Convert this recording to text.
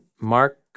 Mark